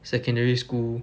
secondary school